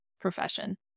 profession